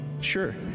sure